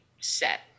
set